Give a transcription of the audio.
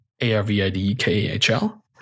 a-r-v-i-d-k-a-h-l